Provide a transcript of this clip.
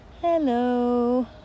Hello